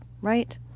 right